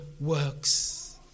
works